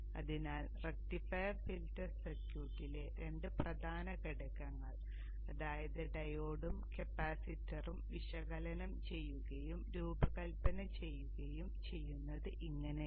അതിനാൽ rectifier filter സർക്യൂട്ടിലെ രണ്ട് പ്രധാന ഘടകങ്ങൾ അതായത് ഡയോഡും കപ്പാസിറ്ററും വിശകലനം ചെയ്യുകയും രൂപകൽപ്പന ചെയ്യുകയും ചെയ്യുന്നത് ഇങ്ങനെയാണ്